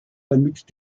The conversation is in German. damit